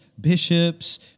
bishops